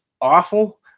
awful